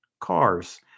cars